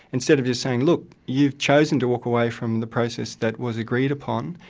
instead of just saying, look, you've chosen to walk away from the process that was agreed upon,